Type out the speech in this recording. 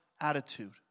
attitude